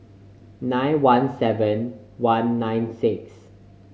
nine one seven one nine six